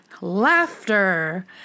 laughter